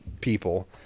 people